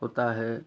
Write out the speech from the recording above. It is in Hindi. होता है